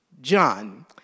John